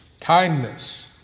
kindness